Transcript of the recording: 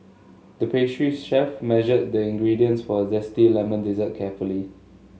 the pastry chef measured the ingredients for a zesty lemon dessert carefully